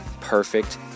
Perfect